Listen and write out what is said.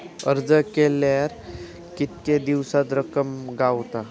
अर्ज केल्यार कीतके दिवसात रक्कम गावता?